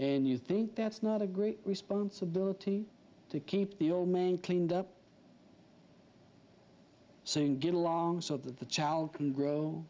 and you think that's not a great responsibility to keep the old man cleaned up soon get along so that the child can grow